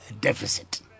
deficit